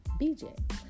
BJ